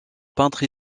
peintre